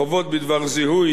החובות בדבר זיהוי,